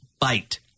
bite